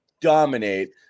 dominate –